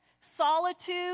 solitude